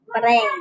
brain